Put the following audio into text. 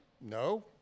no